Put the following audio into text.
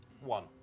one